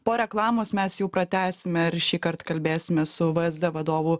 po reklamos mes jau pratęsime ir šįkart kalbėsime su vzd vadovu